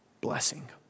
blessing